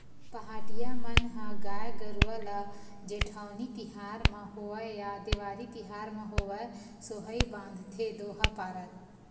पहाटिया मन ह गाय गरुवा ल जेठउनी तिहार म होवय या देवारी तिहार म होवय सोहई बांधथे दोहा पारत